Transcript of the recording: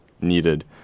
needed